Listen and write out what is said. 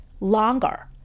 longer